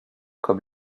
comme